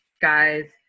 guys